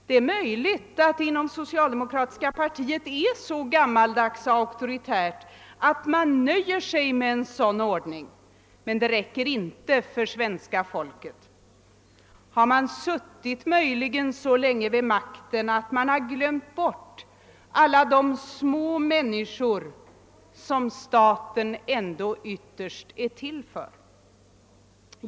Det är möjligt att socialdemokratiska partiet är så gammaldags auktoritärt att man nöjer sig med en sådan ordning, men det räcker inte för svenska folket. Har man möjligen suttit så länge vid makten att man glömt alla de små människor som staten ändå ytterst är till för?